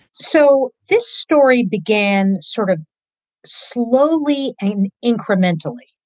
so this story began sort of slowly and incrementally.